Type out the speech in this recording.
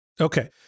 Okay